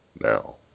now